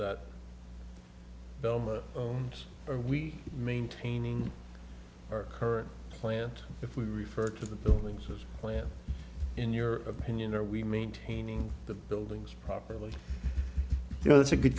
there are we maintaining our current plant if we refer to the buildings as plant in your opinion are we maintaining the buildings properly you know that's a good